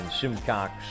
Simcox